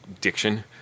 diction